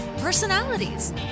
personalities